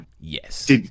Yes